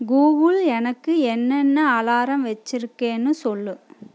Google எனக்கு என்னென்ன alarm வைச்சிருக்கேன்னு சொல்